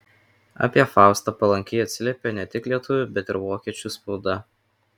apie faustą palankiai atsiliepė ne tik lietuvių bet ir vokiečių spauda